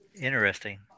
Interesting